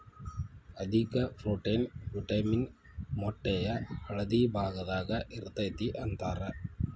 ಅಧಿಕ protein, vitamin ಮೊಟ್ಟೆಯ ಹಳದಿ ಭಾಗದಾಗ ಇರತತಿ ಅಂತಾರ